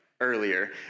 earlier